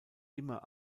immer